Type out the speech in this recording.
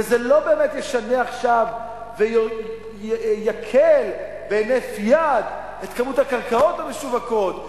וזה לא באמת ישנה עכשיו ויקל בהינף יד את כמות הקרקעות המשווקות,